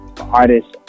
artists